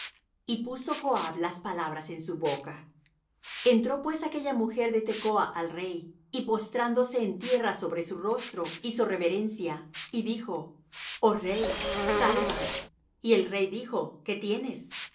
y puso joab las palabras en su boca entró pues aquella mujer de tecoa al rey y postrándose en tierra sobre su rostro hizo reverencia y dijo oh rey salva y el rey dijo qué tienes